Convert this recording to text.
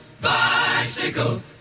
bicycle